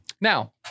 now